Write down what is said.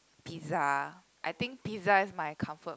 pizza I think pizza is my comfort